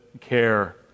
care